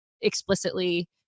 explicitly